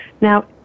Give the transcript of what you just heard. Now